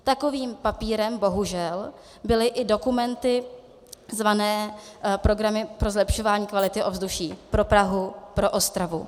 Takovým papírem bohužel byly i dokumenty zvané programy pro zlepšování kvality ovzduší pro Prahu, pro Ostravu.